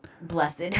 Blessed